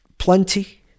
plenty